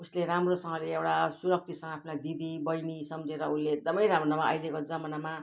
उसले राम्रोसँगले एउटा सुरक्षितसँग आफ्नो दिदी बहिनी सम्झेर उसले एकदमै राम्रो नभए अहिलेको जमानामा